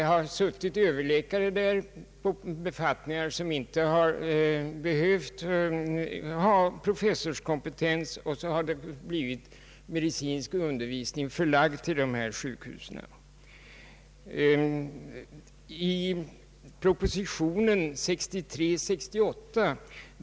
Det har suttit överläkare på befattningar där det inte behövts professorskompetens, och så har medicinsk undervisning förlagts till dessa sjukhus.